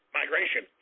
migration